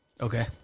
Okay